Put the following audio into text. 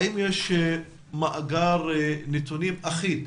אבל האם יש מאגר נתונים אחיד?